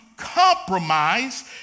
compromise